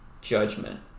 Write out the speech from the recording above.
judgment